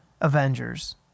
Avengers